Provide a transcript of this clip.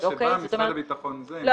הדרך שבה משרד הביטחון --- לא,